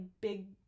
big